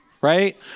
right